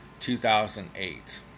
2008